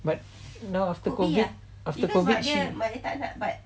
but now after COVID after COVID she